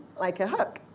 like a hook.